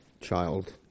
child